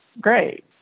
great